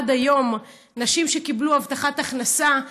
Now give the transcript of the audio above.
עד היום נשים שקיבלו הבטחת הכנסה,